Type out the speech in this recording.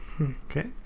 okay